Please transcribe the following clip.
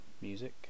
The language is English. music